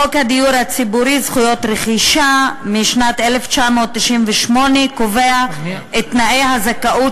חוק הדיור הציבורי (זכויות רכישה) משנת 1998 קובע את תנאי הזכאות